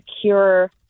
secure